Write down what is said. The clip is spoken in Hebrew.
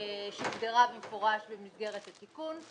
שהוגדרה במפורש במסגרת התיקון.